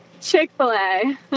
Chick-fil-A